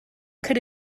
could